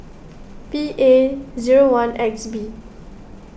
P A zero one X B